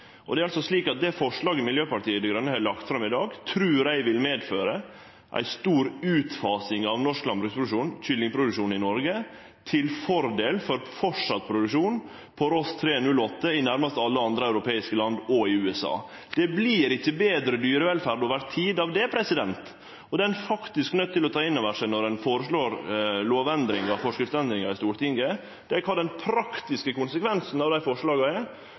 Det forslaget Miljøpartiet Dei Grøne har lagt fram i dag, trur eg vil medføre ei stor utfasing av kyllingproduksjon i Noreg – til fordel for framleis produksjon av Ross 308 i nærmast alle andre europeiske land og i USA. Det vert ikkje betre dyrevelferd over tid av det. Det ein faktisk er nøydd til å ta inn over seg når ein føreslår lovendringar og forskriftendringar i Stortinget, er kva den praktiske konsekvensen av dei forslaga